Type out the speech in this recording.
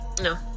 no